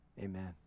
amen